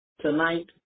tonight